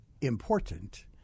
important